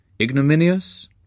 ignominious